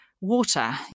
water